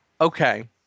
okay